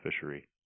fishery